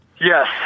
Yes